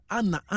Anna